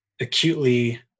acutely